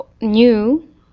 new